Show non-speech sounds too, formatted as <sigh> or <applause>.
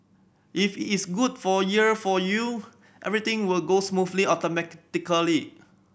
if is good for year for you everything will go smoothly <unintelligible>